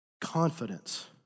confidence